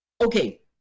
Okay